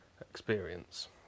experience